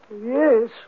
Yes